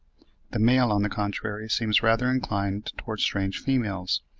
the male, on the contrary, seems rather inclined towards strange females.